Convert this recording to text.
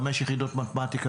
חמש יחידות מתמטיקה,